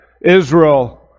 Israel